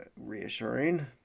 reassuring